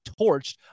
torched